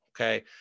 Okay